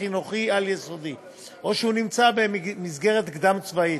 חינוכי על-יסודי או שהוא נמצא במסגרת קדם-צבאית,